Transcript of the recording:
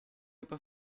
aber